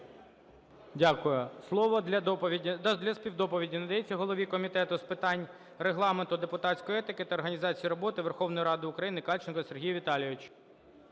для доповіді… для співдоповіді надається голові Комітету з питань Регламенту, депутатської етики та організації роботи Верховної Ради України Кальченку Сергію Віталійовичу.